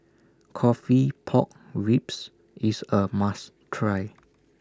Coffee Pork Ribs IS A must Try